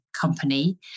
company